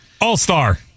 All-star